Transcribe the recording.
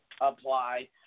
apply